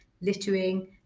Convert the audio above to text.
littering